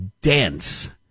dense